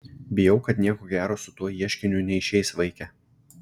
bijau kad nieko gero su tuo ieškiniu neišeis vaike